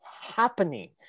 happening